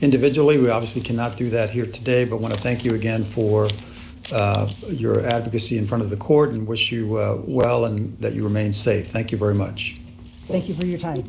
individually we obviously cannot do that here today but want to thank you again for your advocacy in front of the court and wish you well and that you remain safe thank you very much thank you for your time